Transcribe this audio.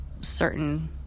certain